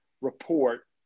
report